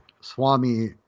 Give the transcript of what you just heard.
Swami